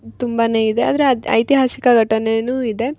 ತುಂಬನೆ ಇದೆ ಆದರೆ ಅದು ಐತಿಹಾಸಿಕ ಘಟನೇನು ಇದೆ